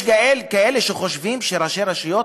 יש כאלה שחושבים שראשי רשויות,